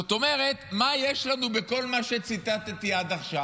זאת אומרת, מה יש לנו בכל מה שציטטתי עד עכשיו?